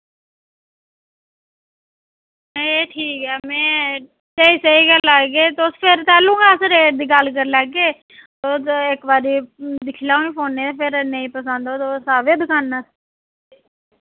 ए ठीक ऐ मैं स्हेई स्हेई गै लागे तुस फिर तैलुं गै अस रेट दी गल्ल करी लैगे तुस इक बारी दिक्खी लाओ नि फोन ते फिर नेईं पसंद ते तुस आव्यो दुकाना'र